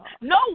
No